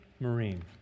Marine